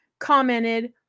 Commented